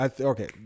Okay